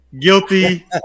guilty